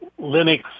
Linux